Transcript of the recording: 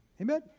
amen